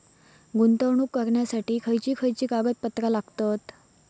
गुंतवणूक करण्यासाठी खयची खयची कागदपत्रा लागतात?